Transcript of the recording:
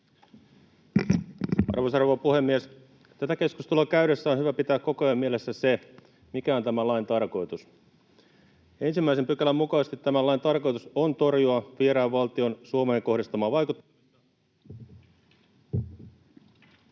Arvoisa rouva puhemies! Tätä keskustelua käydessä on hyvä pitää koko ajan mielessä se, mikä on tämän lain tarkoitus. 1 §:n mukaisesti tämän lain tarkoitus on torjua vieraan valtion Suomeen kohdistamaa vaikuttamista,